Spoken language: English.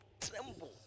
tremble